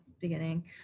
beginning